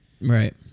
right